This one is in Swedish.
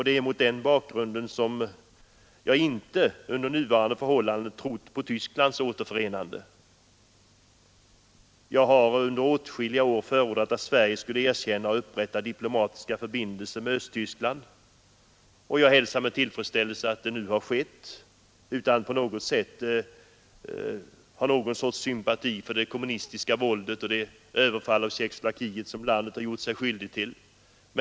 Det är mot den bakgrunden jag under nuvarande förhållanden inte tror på Tysklands återförenande. Jag har under åtskilliga år förordat att Sverige skulle erkänna och upprätta diplomatiska förbindelser med Östtyskland. Jag hälsar med tillfredsställelse att det nu har skett utan att fördenskull ha någon sympati för det kommunistiska våldet som kom till uttryck i t.ex. det överfall på Tjeckoslovakien som Sovjetunionen, Östtyskland m.fl. gjorde sig skyldiga till.